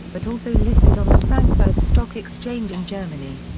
but also listed on the frankfurt stock exchange in germany.